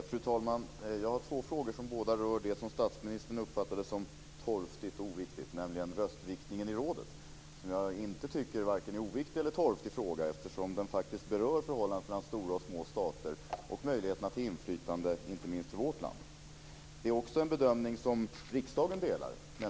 Fru talman! Jag har två frågor som båda rör det som statsministern uppfattade som torftigt och oviktigt, nämligen röstviktningen i rådet, som jag inte tycker är en vare sig oviktig eller torftig fråga, eftersom den faktiskt berör förhållandena mellan stora och små stater och möjligheterna till inflytande inte minst för vårt land. Min bedömning är också en bedömning som riksdagen delar.